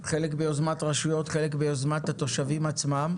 חלק ביוזמת רשויות, חלק ביוזמת התושבים עצמם,